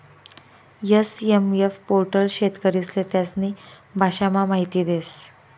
SMF portal शेतकरीस्ले त्यास्नी भाषामा माहिती देस